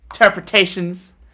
interpretations